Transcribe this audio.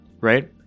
right